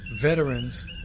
veterans